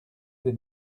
des